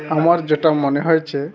আমার যেটা মনে হয়েছে